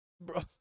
Bro